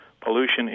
pollution